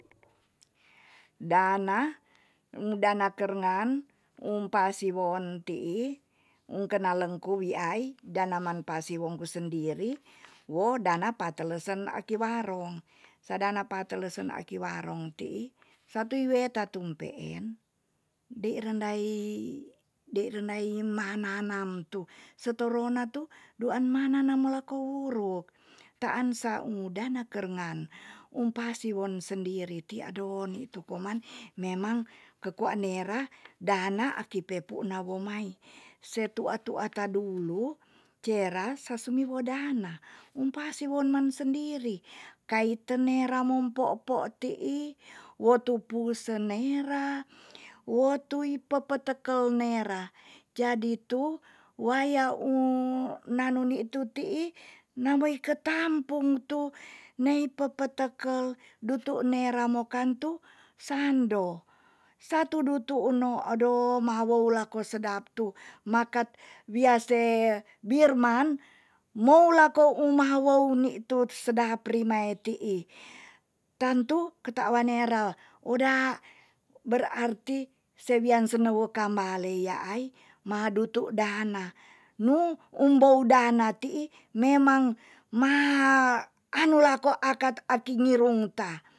Dana ung dana kerngan um pa siwon tii ung kena lengku wiai dana man pasi wongku sendiri wo dana pa telesen aki warong sa dana pa telesen aki warong tii sa tui weta tum peeen dei rendai. dei rendai ma nanam tu se torona tu duan ma nana meleko wuruk taan sau dana kerengan umpa siwon sendiri ti ado nitu koman memang ke koa nera dana aki pepu nawong mai se tua tua ta dulu cera sa sumi wo dana umpa siwon man sendiri kaiten nera mom popo tii wotu pu se nera wotu i pepe tekel nera jadi tu waya ung nanu nitu tii na moi ketampung tu nei pepetekel dutu nera mokan tu sando. satu dutu uno ado ma wou lako sedap tu makat wia se birman mou lako um mahawou nituut sedap rimae tii tantu ketawa nera oda berarti se wian sene wokam mbale yaai ma dutu dana nu umbou dana tii memang anu lako akat aki ngirung ta